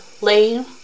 Lane